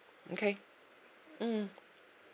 okay mm